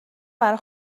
برای